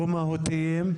כה מהותיים,